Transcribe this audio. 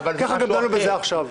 כך גם דנו בזה עכשיו.